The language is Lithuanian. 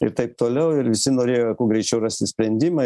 ir taip toliau ir visi norėjo kuo greičiau rasti sprendimą